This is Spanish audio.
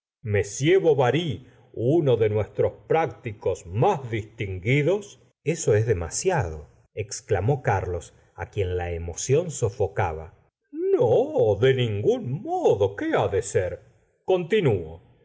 filantropía m bovary uno de nuestros prácticos más distinguidos eso es demasiado exclamó carlos á quien la emoción sofocaba no de ningún modo qué ha de ser continuo cha